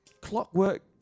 clockwork